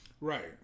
Right